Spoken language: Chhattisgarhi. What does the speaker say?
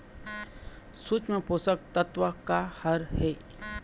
सूक्ष्म पोषक तत्व का हर हे?